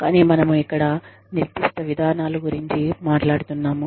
కానీ మనము ఇక్కడ నిర్దిష్ట విధానాలు గురుంచి మాట్లాడుతున్నాము